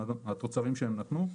התוצרים שהם נתנו.